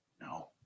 No